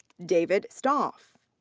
david stauff.